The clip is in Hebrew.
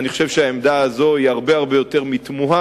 העמדה הזאת היא הרבה יותר מתמוהה,